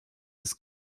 des